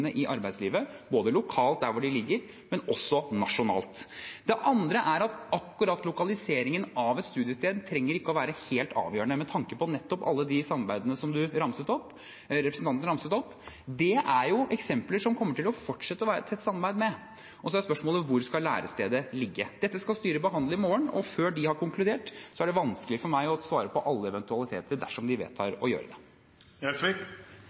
i arbeidslivet lokalt der hvor de ligger, men også nasjonalt. Det andre er at akkurat lokaliseringen av et studiested ikke trenger å være helt avgjørende med tanke på nettopp de samarbeidene som representanten ramset opp. Det er eksempler som det fortsatt kommer til å være et tett samarbeid med. Så er spørsmålet hvor lærestedet skal ligge. Det skal styret behandle i morgen, og før de har konkludert, er det vanskelig for meg å svare på alle eventualiteter dersom de